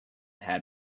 had